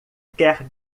quer